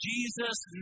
Jesus